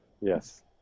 Yes